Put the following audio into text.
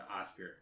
Oscar